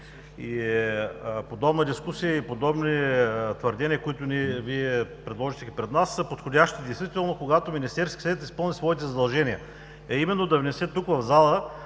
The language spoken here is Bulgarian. Подобна дискусия и подобни твърдения, които Вие предложихте пред нас, са подходящи, когато Министерският съвет изпълни своите задължения,